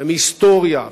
ומהיסטוריה,